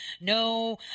no